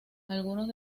algunos